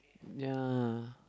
ya